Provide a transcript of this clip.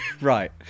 right